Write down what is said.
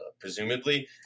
presumably